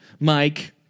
Mike